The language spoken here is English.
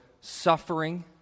suffering